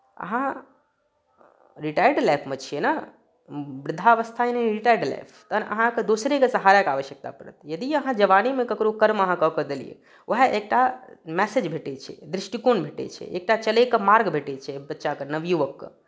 अहाँ रिटायर्ड लाइफमे छियै ने वृद्धावस्था यानि रिटायर्ड लाइफ तखन अहाँकेँ दोसरेके सहाराके आवश्यकता पड़त यदि अहाँ जवानीमे ककरो कर्म अहाँ कऽ कऽ देलियै उएह एकटा मैसेज भेटैत छै दृष्टिकोण भेटैत छै एकटा चलैके मार्ग भेटैत छै बच्चाकेँ नवयुवककेँ